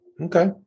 Okay